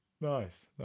nice